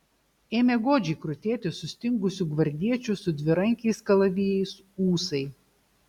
ėmė godžiai krutėti sustingusių gvardiečių su dvirankiais kalavijais ūsai